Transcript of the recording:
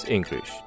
English